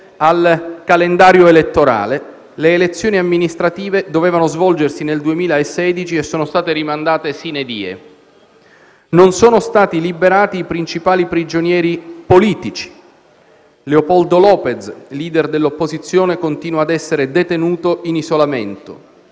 al calendario elettorale: le elezioni amministrative si sarebbero dovute svolgere nel 2016 e sono state rimandate *sine die*. Non sono stati liberati i principali prigionieri politici e Leopoldo López, *leader* dell'opposizione, continua a essere detenuto in isolamento.